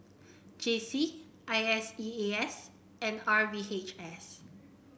JC I S E A S and R V H S